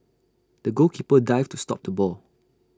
the goalkeeper dived to stop the ball